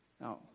Now